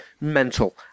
Mental